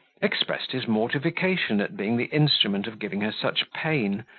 expressed his mortification at being the instrument of giving her such pain,